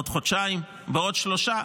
בעוד חודשיים, בעוד שלושה.